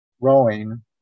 rowing